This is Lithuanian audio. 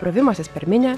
brovimasis per minią